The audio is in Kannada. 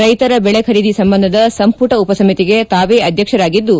ರೈತರ ದೆಳೆ ಖರೀದಿ ಸಂಬಂಧದ ಸಂಪುಟ ಉಪಸಮಿತಿಗೆ ತಾವೇ ಅಧ್ಯಕ್ಷರಾಗಿದ್ದು